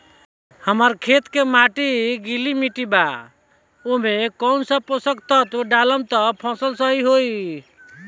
हमार खेत के माटी गीली मिट्टी बा ओमे कौन सा पोशक तत्व डालम त फसल सही होई?